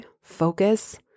focus